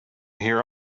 here